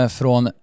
från